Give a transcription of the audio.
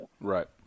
Right